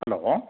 hello